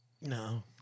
No